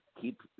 keep